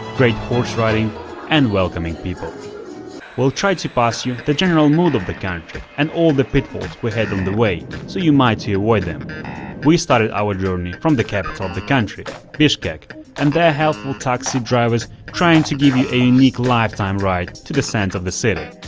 great horse riding and welcoming people we'll try to pass you the general mood of the country and all the pitfalls we had on the way so you might avoid them we started our journey from the capital of the country bishkek and their helpful taxi drivers trying to give you a unique lifetime ride to the center of the city.